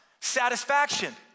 satisfaction